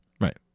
Right